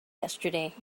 yesterday